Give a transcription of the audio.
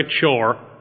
chore